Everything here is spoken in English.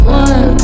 one